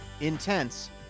intense